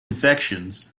infections